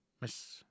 Miss